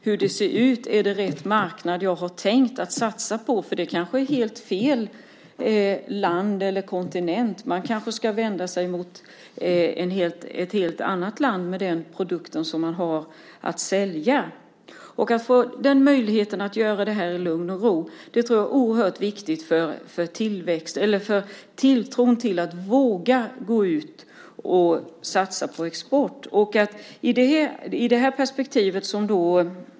Hur ser det ut? Är det rätt marknad att satsa på? Det kan vara helt fel land eller kontinent. De kanske ska vända sig mot ett annat land med den produkt de vill sälja. Möjligheten att göra detta i lugn och ro är oerhört viktigt för tilltron till att våga satsa på export.